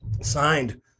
signed